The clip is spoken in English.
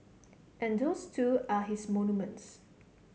and those too are his monuments